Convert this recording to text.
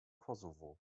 kosovo